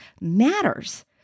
matters